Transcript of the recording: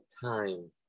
time